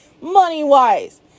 money-wise